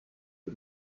die